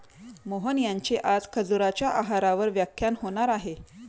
मोहन यांचे आज खजुराच्या आहारावर व्याख्यान होणार आहे